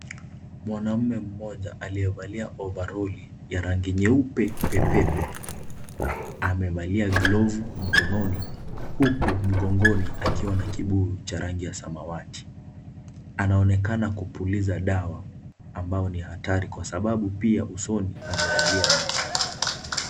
Mwanaume mmoja aliyevalia ovaroli ya rangi nyeupe pepepe, amevalia glovu mkononi, huku mgongoni akiwa na kibuyu cha rangi ya samawati, anaonekana kupuliza dawa ambayo ni hatari kwa sababu pia usoni amevalia maski .